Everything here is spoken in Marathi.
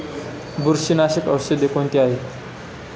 बुरशीनाशक औषधे कोणती आहेत?